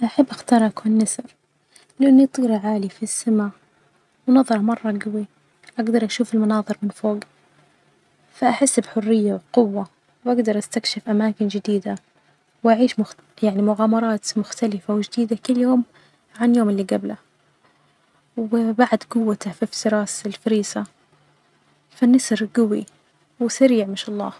أحب أختار أكون نسر لأنه يطير عالي في السما ونظرة مرة الجوي أجدر أشوف المناظر من فوج، أحس بحرية وقوة، وأجدر أستكشف أماكن جديدة، وأعيش مخ-يعني مغامرات مختلفة وجديدة كل يوم عن اليوم اللي جبلة، وبعد جوتة في افتراس الفريسة فالنسر جوي وسريع ماشاء الله.